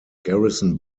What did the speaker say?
garrison